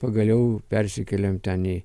pagaliau persikeliam ten į